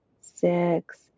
six